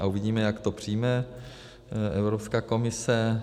A uvidíme, jak to přijme Evropská komise.